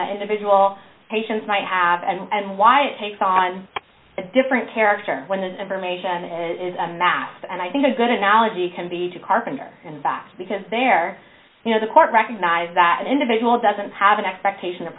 t individual patients might have and why it takes on a different character when the information is amassed and i think a good analogy can be to carpenter in fact because they're you know the court recognized that an individual doesn't have an expectation of